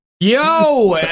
yo